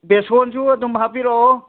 ꯕꯦꯁꯣꯟꯁꯨ ꯑꯗꯨꯝ ꯍꯥꯞꯄꯤꯔꯛꯑꯣ